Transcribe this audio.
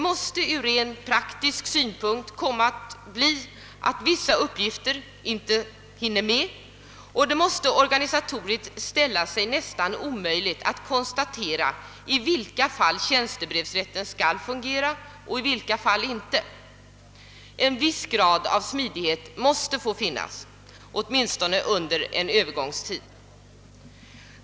Rent praktiskt måste det bli så att vissa uppgifter inte hinner klaras före omläggningen, och det måste organisatoriskt ställa sig nästan omöjligt att konstatera i vilka fall tjänstebrevsrätten skall fungera och i vilka fall inte. En viss grad av smidighet måste få finnas, åtminstone under en övergångstid.